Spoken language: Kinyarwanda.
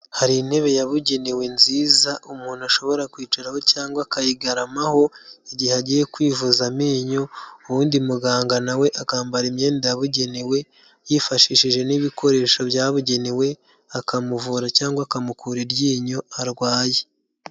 Hari intebe yabugenewe nziza umuntu ashobora kwicaraho cyangwa akayigaramaho igihe agiye kwivuza amenyo ubundi muganga na we akambara imyenda yabugenewe yifashishije n'ibikoresho byabugenewe, akamuvura cyangwa akamukura iryinyo arwaye.